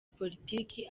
politiki